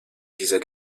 dieser